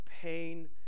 pain